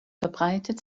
verbreitet